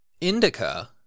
indica